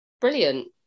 Brilliant